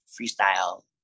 freestyle